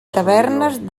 tavernes